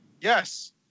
Yes